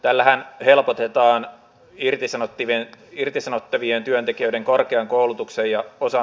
tällähän helpotetaan irtisanottavien irtisanottavien työntekijöiden korkean koulutuksen ja osa